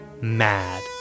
mad